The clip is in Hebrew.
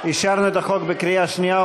אישרנו את החוק בקריאה שנייה.